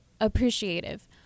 appreciative